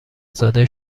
زاده